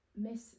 Miss